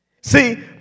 See